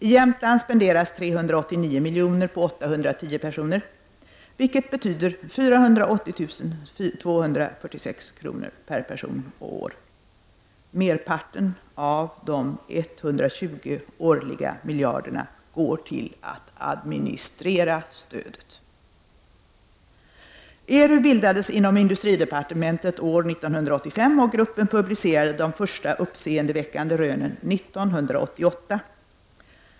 I Jämtland spenderas 389 miljoner på 810 personer; vilket betyder 480246 kr. per person och år. Merparten av de 120 årliga miljarderna går till att administrera stödet. ERU bildades inom industridepartementet 1985 och gruppen publicerade de första uppseendeväckande rönen 1988.